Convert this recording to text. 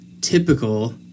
typical